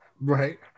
right